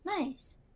Nice